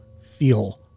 feel